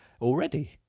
already